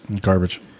Garbage